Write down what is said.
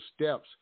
steps